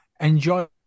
enjoy